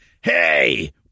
Hey